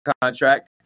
contract